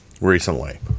recently